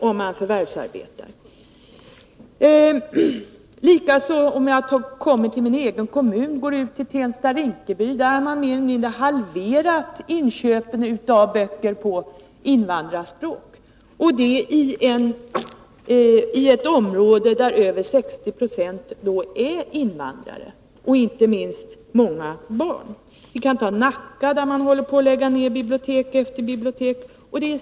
I Tensta-Rinkeby, i min egen kommun, har man mer eller mindre halverat inköpen av böcker på invandrarspråk — detta i ett område där över 60 90 är invandrare och däribland många barn. I t.ex. Nacka lägger man ned bibliotek efter bibliotek.